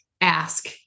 ask